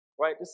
Right